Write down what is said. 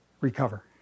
recover